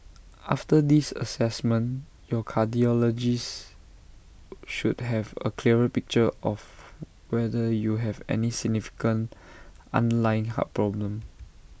after this Assessment your cardiologist should have A clearer picture of whether you have any significant underlying heart problem